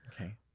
Okay